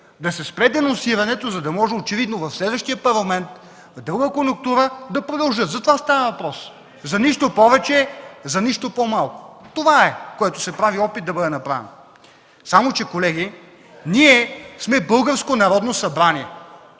да се спре денонсирането, за да може очевидно в следващия Парламент, в друга конюнктура, да продължат – за това става въпрос, за нищо повече, за нищо по-малко. Това е, което се прави опит да бъде направено. Само че, колеги, ние сме българско Народно събрание